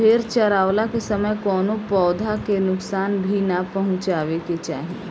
भेड़ चरावला के समय कवनो पौधा के नुकसान भी ना पहुँचावे के चाही